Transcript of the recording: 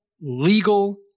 legal